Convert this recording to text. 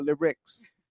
lyrics